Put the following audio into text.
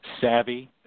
savvy